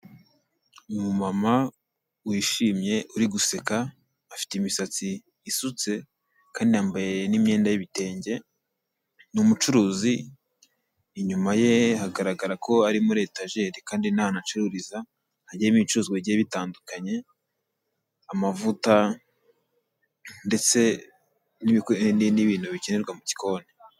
Umu mama wishimye uri guseka afite imisatsi isutse kandi yambaye n'imyenda y'ibitenge, ni umucuruzi inyuma ye hagaragara ko ari muri etajeri kandi n'ahantu acururiza hagiye harimo ibicuruzwa bigiye bitandukanye amavuta ndetse n'ibintu bigiye bikenerwa mu gikoni.